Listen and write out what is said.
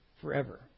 forever